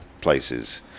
places